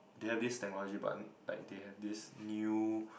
they have this technology but like they have this new